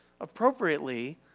appropriately